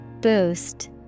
Boost